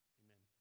amen